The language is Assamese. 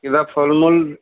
কিবা ফল মূল